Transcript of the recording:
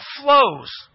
flows